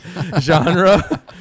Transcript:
genre